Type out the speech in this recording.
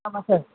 അപ്പം ശരി